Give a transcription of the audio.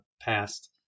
past